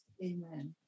Amen